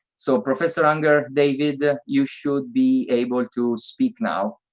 so, professor unger, david, ah you should be able to speak now.